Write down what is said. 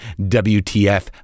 WTF